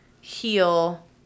heal